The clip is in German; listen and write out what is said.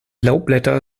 laubblätter